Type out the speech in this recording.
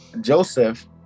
Joseph